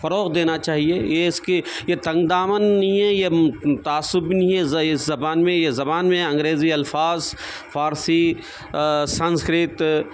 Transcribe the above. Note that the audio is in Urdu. فروغ دینا چاہیے یہ اس کی یہ تنگ دامنی نہیں ہے یہ تعصب بھی نہیں ہے اس زبان میں یہ زبان میں انگریزی الفاظ فارسی سنسکرت